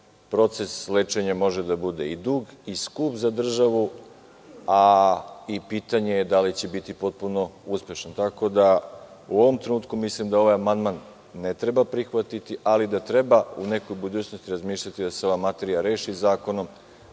proces lečenja može da bude i dug i skup za državu, a pitanje je i da li će biti potpuno uspešan. Tako da, u ovom trenutku mislim da ovaj amandman ne treba prihvatiti, ali da treba u nekoj budućnosti razmišljati da se ova materija reši zakonom,